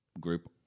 group